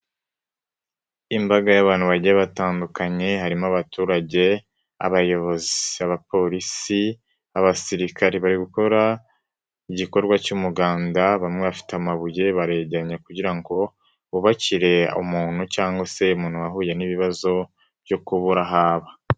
Imbaga y'abantu bagiye batandukanye harimo abaturage, abayobozi, abapolisi, abasirikare bari gukora igikorwa cy'umuganda bamwe bafite amabuye barayajyanye kugira ngo bubakire umuntu cyangwa se umuntu wahuye n'ibibazo byo kubura aho aba.